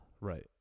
Right